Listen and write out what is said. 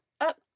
Up